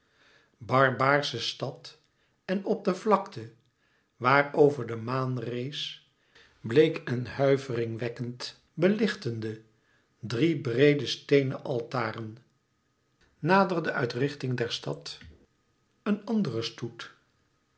barbaarsche stad en op de vlakte waar over de maan rees bleek en huivering wekkend belichtende drie breede steenen altaren naderde uit de richting der stad een andere stoet